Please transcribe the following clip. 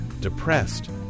depressed